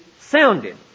sounded